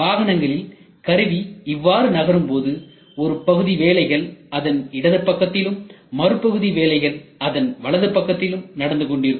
வாகனங்களில் கருவி இவ்வாறு நகரும் போது ஒரு பகுதி வேலைகள் அதன் இடது பக்கத்திலும் மறுபகுதி அதன் வலது பக்கத்திலும் நடந்துகொண்டிருக்கும்